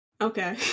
okay